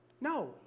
No